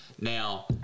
Now